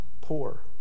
poor